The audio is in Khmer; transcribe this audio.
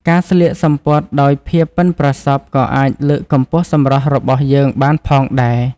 ការស្លៀកសំពត់ដោយភាពប៉ិនប្រសប់ក៏អាចលើកកម្ពស់សម្រស់របស់យើងបានផងដែរ។